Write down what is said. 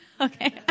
Okay